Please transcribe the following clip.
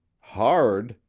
hard?